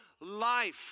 life